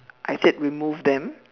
I said remove them